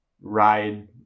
ride